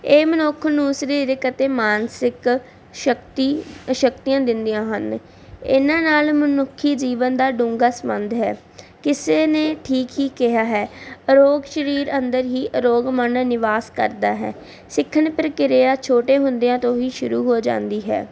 ਇਹ ਮਨੁੱਖ ਨੂੰ ਸਰੀਰਕ ਅਤੇ ਮਾਨਸਿਕ ਸ਼ਕਤੀ ਸ਼ਕਤੀਆਂ ਦਿੰਦੀਆਂ ਹਨ ਇਹਨਾਂ ਨਾਲ ਮਨੁੱਖੀ ਜੀਵਨ ਦਾ ਡੂੰਘਾ ਸੰਬੰਧ ਹੈ ਕਿਸੇ ਨੇ ਠੀਕ ਹੀ ਕਿਹਾ ਹੈ ਅਰੋਗ ਸਰੀਰ ਅੰਦਰ ਹੀ ਅਰੋਗ ਮਨ ਨਿਵਾਸ ਕਰਦਾ ਹੈ ਸਿੱਖਣ ਪ੍ਰਕਿਰਿਆ ਛੋਟੇ ਹੁੰਦਿਆਂ ਤੋਂ ਹੀ ਸ਼ੁਰੂ ਹੋ ਜਾਂਦੀ ਹੈ